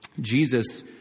Jesus